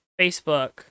facebook